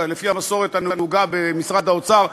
לפי המסורת הנהוגה במשרד האוצר,